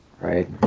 Right